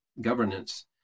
governance